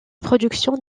production